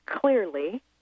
clearly